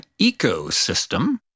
ecosystem